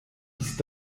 ist